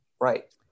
Right